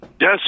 Yes